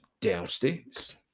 downstairs